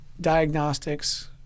diagnostics